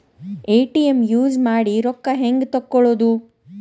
ATM use ಮಾಡಿ ರೊಕ್ಕ ಹೆಂಗೆ ತಕ್ಕೊಳೋದು?